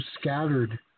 scattered